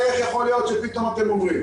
איך יכול להיות שפתאום אנחנו אומרים.